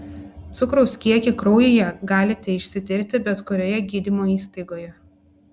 cukraus kiekį kraujyje galite išsitirti bet kurioje gydymo įstaigoje